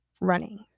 running